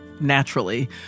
naturally